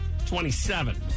27